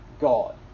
God